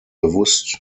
bewusst